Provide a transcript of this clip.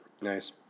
Nice